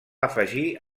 afegir